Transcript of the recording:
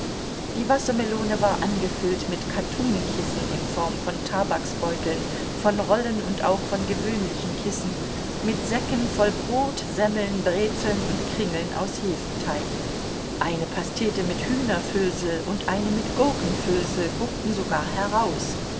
die wassermelone war angefüllt mit kattunkissen in form von tabaksbeuteln von rollen und auch von gewöhnlichen kissen mit säcken voll brot semmeln brezeln und kringeln aus hefenteig eine pastete mit hühnerfüllsel und eine mit gurkenfüllsel guckten sogar heraus